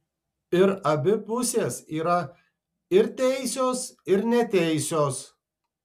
ir abi pusės yra ir teisios ir neteisios